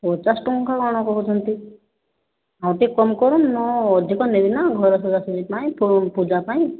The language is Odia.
ପଚାଶ ଟଙ୍କା କ'ଣ କହୁଛନ୍ତି କେମିତି ଆଉ ଟିକିଏ କମ୍ କରନ୍ତୁ ମୁଁ ଅଧିକ ନେବି ନା ଘର ସଜ୍ଜାସଜ୍ଜି ପାଇଁ ପୂଜା ପାଇଁ